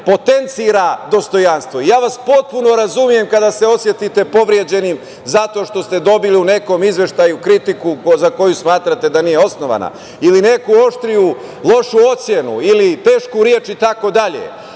potencira dostojanstvo. I ja vas potpuno razumem kada se osetite povređenim zato što ste dobili u nekom izveštaju kritiku za koju smatrate da nije osnovana ili neku oštriju lošu ocenu ili tešku reč, itd.